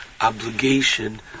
obligation